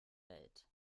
welt